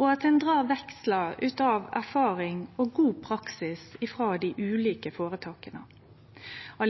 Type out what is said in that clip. og at ein drar vekslar på erfaring og god praksis i dei ulike føretaka.